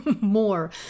more